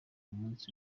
umunsi